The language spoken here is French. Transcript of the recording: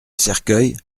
cercueil